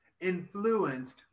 influenced